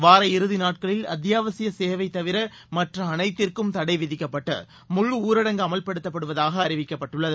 வார இறுதி நாட்களில் அத்தியாவசிய சேவை தவிர மற்ற அனைத்திற்கும் தடை விதிக்கப்பட்டு முழு ஊரடங்கு அமல்படுத்தப்படுவதாக அறிவிக்கப்பட்டுள்ளது